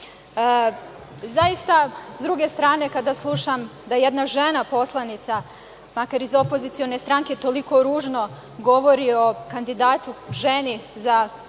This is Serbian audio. s druge strane, kada slušam da jedna žena poslanica, makar iz opozicione stranke toliko ružno govori o kandidatu ženi za jednu